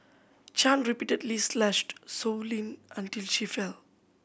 Chan repeatedly slashed Sow Lin until she fell